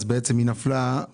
אז בעצם היא נפלה,